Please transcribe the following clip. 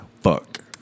fuck